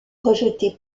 rejeté